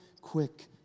quick